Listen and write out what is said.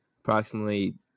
Approximately